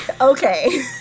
Okay